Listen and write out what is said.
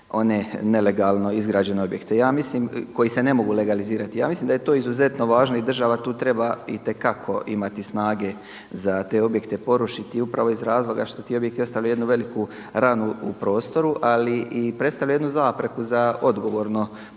one nelegalno izgrađene objekte koji se ne mogu legalizirati. Ja mislim da je to izuzetno važno i država tu treba itekako imati snage za te objekte porušiti upravo iz razloga što ti objekti ostavljaju jednu veliku ranu u prostoru, ali predstavlja i jednu zapreku za odgovorno prostorno